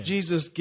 Jesus